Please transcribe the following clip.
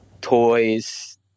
toys